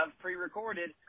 pre-recorded